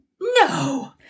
No